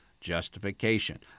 justification